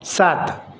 सात